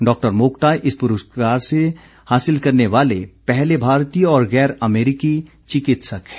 doctor Mokta इस पुरस्कार को हासिल करने वाले पहले भारतीय और गैर अमरिकी चिकित्सक हैं